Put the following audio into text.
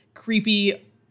Creepy